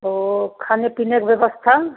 ओ खाने पीने के व्यवस्था